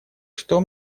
что